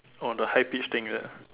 oh the high pitched thing is it